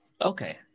Okay